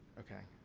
okay.